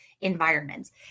environments